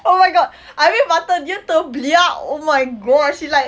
oh my god habis mata dia terbeliak oh my god she like